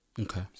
Okay